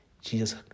Jesus